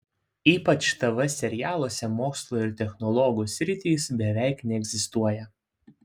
ypač tv serialuose mokslo ir technologų sritys beveik neegzistuoja